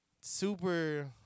super